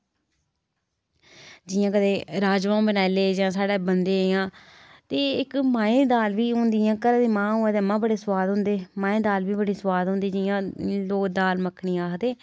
जि'यां कदें राजमां बनाई ले जां साढ़े बनदे इ'यां ते इक माहें दी दाल बी होंदी इ'यां घरै दी मां होऐ ते मां बड़े सोआद होंदे माहें दे दाल बी बड़ी सोआद होंदी जि'यां लोक दाल मक्खनी आखदे